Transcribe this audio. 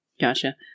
Gotcha